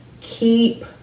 keep